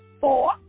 four